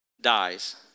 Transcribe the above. dies